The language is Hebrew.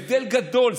הבדל גדול.